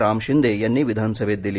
राम शिंदे यांनी विधानसभेत दिली